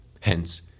Hence